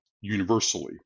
Universally